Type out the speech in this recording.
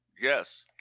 yes